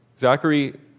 Zachary